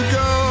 go